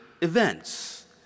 events